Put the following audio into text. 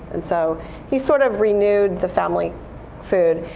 and so he sort of renewed the family food.